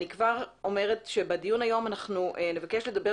אני כבר אומרת שבדיון היום אנחנו נבקש לדבר